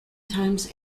times